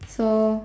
so